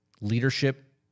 leadership